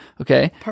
Okay